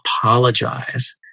apologize